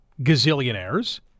gazillionaires